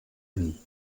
allí